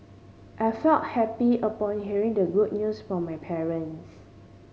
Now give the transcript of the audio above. I felt happy upon hearing the good news from my parents